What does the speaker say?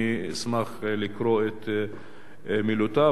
אני אשמח לקרוא את מילותיו,